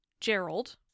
Gerald